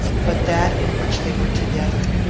but that in which they were together.